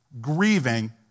grieving